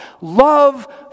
love